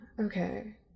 Okay